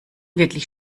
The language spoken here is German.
wirklich